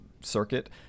circuit